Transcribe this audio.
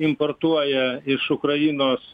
importuoja iš ukrainos